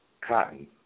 Cotton